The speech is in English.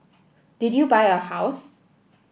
did you buy a house